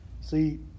See